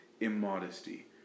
immodesty